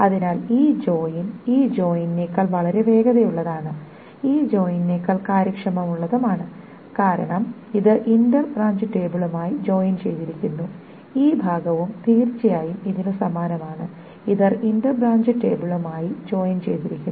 അതിനാൽ ഈ ജോയിൻ ഈ ജോയിനേക്കാൾ വളരെ വേഗതയുള്ളതാണ് ഈ ജോയിനേക്കാൾ കാര്യക്ഷമതയുള്ളതുമാണ് കാരണം ഇത് ഇന്റർ ബ്രാഞ്ച് ടേബിളുമായി ജോയിൻ ചെയ്തിരിക്കുന്നു ഈ ഭാഗവും തീർച്ചയായും ഇതിനു സമാനമാണ് ഇത് ഇന്റർ ബ്രാഞ്ച് ടേബിളുമായി ജോയിൻ ചെയ്തിരിക്കുന്നു